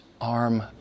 arm